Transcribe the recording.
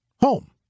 home